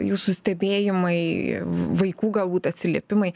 jūsų stebėjimai vaikų galbūt atsiliepimai